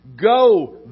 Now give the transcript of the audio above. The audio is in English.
Go